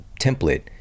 template